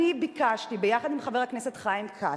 אני ביקשתי, ביחד עם חבר הכנסת חיים כץ,